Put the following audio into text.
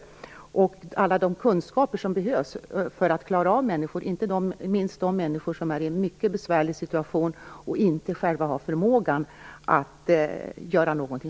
Det gäller alla de kunskaper som behövs för att klara av människor, inte minst dem som är i en mycket besvärlig situation och som inte har förmågan att själva göra någonting.